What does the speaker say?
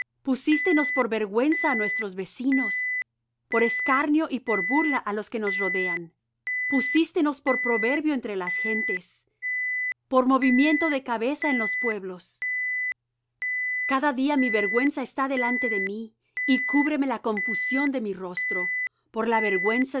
precios pusístenos por vergüenza á nuestros vecinos por escarnio y por burla á los que nos rodean pusístenos por proverbio entre las gentes por movimiento de cabeza en los pueblos cada día mi vergüenza está delante de mí y cúbreme la confusión de mi rostro por la